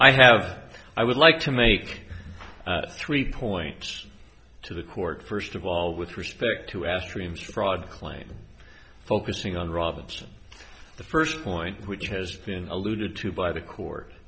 i have i would like to make three points to the court first of all with respect to ast reams fraud claim focusing on robinson the first point which has been alluded to by the court